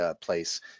place